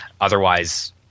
Otherwise –